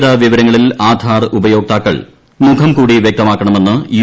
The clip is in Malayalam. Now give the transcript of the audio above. വൃക്തിഗത വിവരങ്ങളിൽ ആധാർ ഉപയോക്താക്കൾ മുഖം കൂടി വൃക്തമാക്കണമെന്ന് യു